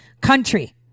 country